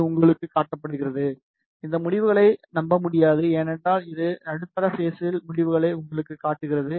இது உங்களுக்குக் காட்டுகிறது இந்த முடிவுகளை நம்ப முடியாது ஏனென்றால் இது நடுத்தர பேஸின் முடிவுகளை உங்களுக்குக் காட்டுகிறது